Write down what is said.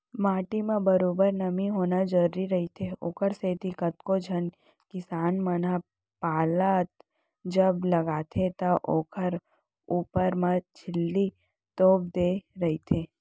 माटी म बरोबर नमी होना जरुरी रहिथे, ओखरे सेती कतको झन किसान मन ह पताल जब लगाथे त ओखर ऊपर म झिल्ली तोप देय रहिथे